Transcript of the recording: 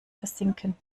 versinken